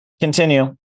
Continue